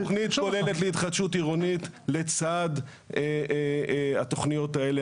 תכנית כוללת להתחדשות עירונית לצד התכניות האלה,